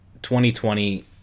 2020